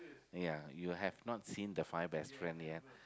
yeah you have not seen the five best friend yeah